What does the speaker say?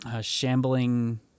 shambling